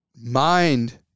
mind